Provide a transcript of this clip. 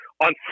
On